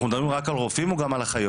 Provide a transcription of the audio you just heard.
מדברים רק על רופאים או גם על אחיות?